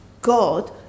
God